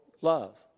love